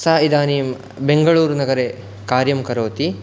सा इदानीं बेङ्गलूरुनगरे कार्यं करोति